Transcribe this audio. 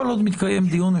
כל עוד מתקיים דיון,